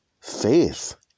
Faith